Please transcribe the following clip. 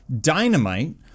Dynamite